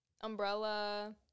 Umbrella